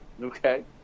Okay